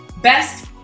Best